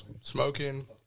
smoking